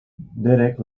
derek